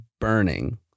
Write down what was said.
Burning